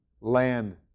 land